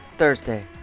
Thursday